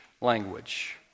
language